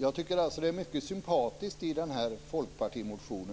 Jag tycker alltså att folkpartimotionen är mycket sympatisk.